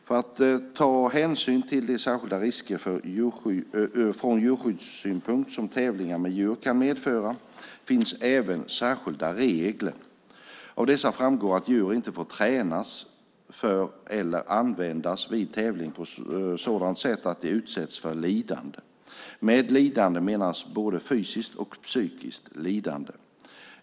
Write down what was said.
För att ta hänsyn till de särskilda risker från djurskyddssynpunkt som tävlingar med djur kan medföra finns även särskilda regler. Av dessa framgår att djur inte får tränas för eller användas vid tävling på sådant sätt att de utsätts för lidande. Med lidande menas både fysiskt och psykiskt lidande.